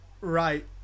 right